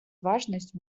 важность